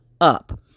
up